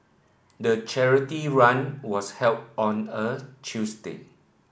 the charity run was held on a Tuesday